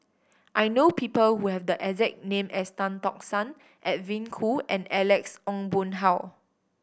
I know people who have the exact name as Tan Tock San Edwin Koo and Alex Ong Boon Hau